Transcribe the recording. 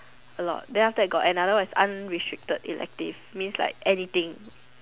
a lot then after that got another one is unrestricted elective means like anything